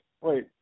wait